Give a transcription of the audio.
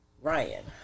Ryan